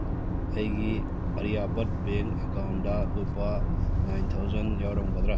ꯑꯩꯒꯤ ꯑꯔꯌꯥꯕꯠ ꯕꯦꯡ ꯑꯦꯀꯥꯎꯟꯗ ꯂꯨꯄꯥ ꯅꯥꯏꯟ ꯊꯥꯎꯖꯟ ꯌꯥꯎꯔꯝꯒꯗ꯭ꯔꯥ